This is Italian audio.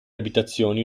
abitazioni